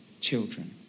children